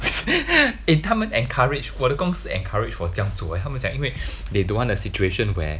eh 他们 encourage 我的公司 encourage 我这样做 eh 他们讲因为 they don't want a situation where